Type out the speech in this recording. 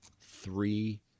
three